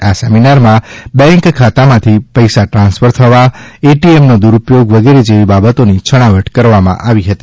આ સેમિનારમાં બેન્ક ખાતામાં પૈસા ટ્રાન્સફર થવા એટીએમનો દુરપયોગ વગેરે જેવી બાબતોની છણાવટ કરવામાં આવી હતી